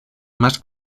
más